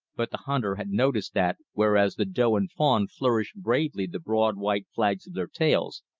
but the hunter had noticed that, whereas the doe and fawn flourished bravely the broad white flags their tails,